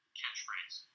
catchphrase